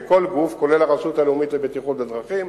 וכל גוף, כולל הרשות הלאומית לבטיחות בדרכים,